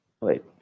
Wait